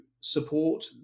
support